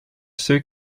ceux